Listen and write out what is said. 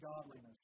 godliness